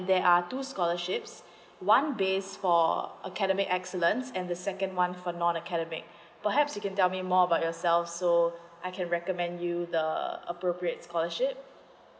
there are two scholarships one base for academic excellence and the second one for non academic perhaps you can tell me more about yourself so I can recommend you the uh appropriate scholarship